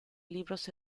libros